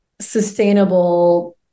sustainable